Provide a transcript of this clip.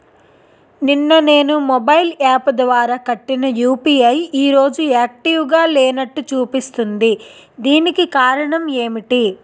నిన్న నేను mobile app ద్వారా కట్టిన యు.పి.ఐ ఈ రోజు యాక్టివ్ గా లేనట్టు చూపిస్తుంది దీనికి కారణం ఏమిటి?